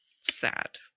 Sad